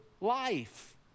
life